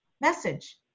message